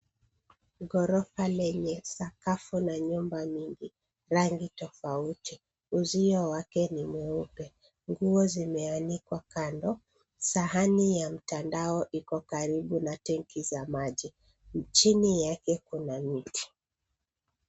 Ghorofa lenye sakafu na nyumba nyingi rangi tofauti . Uzio wake ni mweupe nguo zimeanikwa kando . Sahani ya mtandao iko karibu na tenki za maji chini yake kuna miti